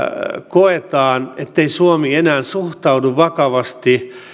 koetaan ettei suomi enää suhtaudu vakavasti